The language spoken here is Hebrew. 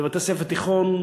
בבתי-ספר תיכוניים,